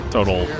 Total